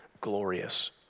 glorious